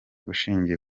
ushingiye